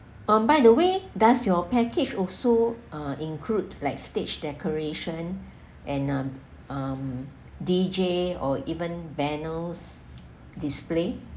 um by the way does your package also uh include like stage decoration and um um D_J or even banners display